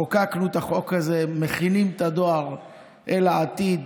חוקקנו את החוק הזה, מכינים את הדואר אל העתיד,